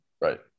Right